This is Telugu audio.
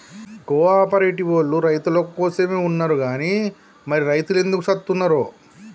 కో ఆపరేటివోల్లు రైతులకోసమే ఉన్నరు గని మరి రైతులెందుకు సత్తున్నరో